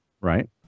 right